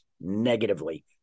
negatively